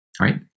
right